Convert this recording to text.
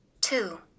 Two